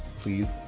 please.